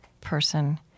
person